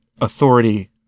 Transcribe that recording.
authority